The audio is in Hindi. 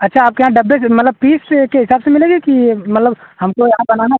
अच्छा आपके यहाँ डब्बे से मतलब पीस के हिसाब से मिलेगी कि मतलब हमको यहाँ बनाना